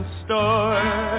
store